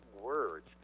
words